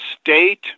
state